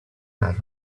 back